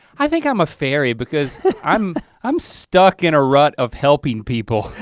i think i'm a ferry because i'm i'm stuck in a rut of helping people.